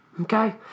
okay